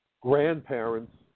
Grandparents